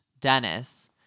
Dennis